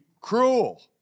cruel